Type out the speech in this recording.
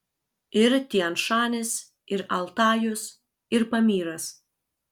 ir tian šanis ir altajus ir pamyras